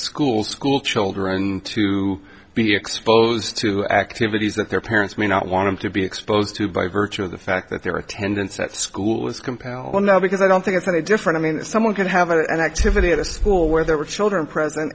school school children to be exposed to activities that their parents may not want him to be exposed to by virtue of the fact that their attendance at school is compounded now because i don't think it's any different i mean if someone could have an activity at a school where there were children present